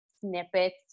snippets